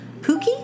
Pookie